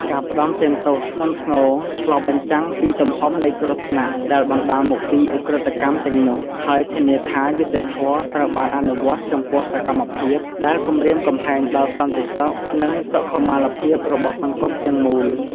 ការផ្តន្ទាទោសធ្ងន់ធ្ងរឆ្លុះបញ្ចាំងពីទំហំនៃគ្រោះថ្នាក់ដែលបណ្តាលមកពីឧក្រិដ្ឋកម្មទាំងនោះ ហើយធានាថាយុត្តិធម៌ត្រូវបានអនុវត្តចំពោះសកម្មភាពដែលគំរាមកំហែងដល់សន្តិសុខ និងសុខុមាលភាពរបស់សង្គមទាំងមូល។